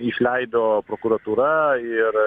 išleido prokuratūra ir